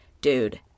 dude